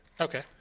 Okay